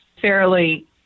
fairly